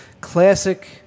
Classic